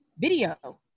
video